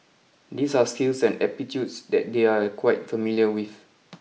these are skills and that they are quite familiar with